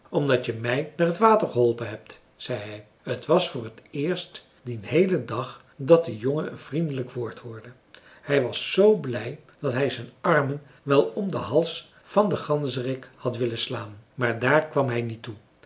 omdat je mij naar het water geholpen hebt zei hij t was voor t eerst dien heelen dag dat de jongen een vriendelijk woord hoorde hij was zoo blij dat hij zijn armen wel om den hals van den ganzerik had willen slaan maar daar kwam hij niet toe